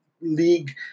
league